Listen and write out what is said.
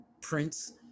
Prince